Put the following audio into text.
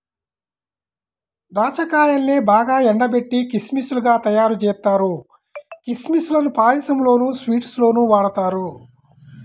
దాచ్చా కాయల్నే బాగా ఎండబెట్టి కిస్మిస్ లుగా తయ్యారుజేత్తారు, కిస్మిస్ లను పాయసంలోనూ, స్వీట్స్ లోనూ వాడతారు